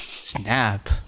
Snap